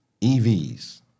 EVs